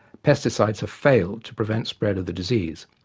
pesticides have failed to prevent spread of the disease.